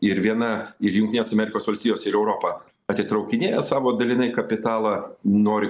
ir viena ir jungtinės amerikos valstijos ir europa atitraukinėja savo dalinai kapitalą nori